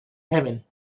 heaven